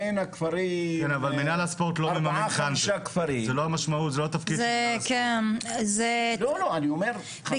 בין ארבעה חמישה כפרים --- כן אבל מנהל הספורט לא מממן קאנטרי.